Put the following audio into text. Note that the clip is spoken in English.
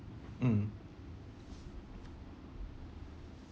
mm